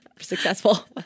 successful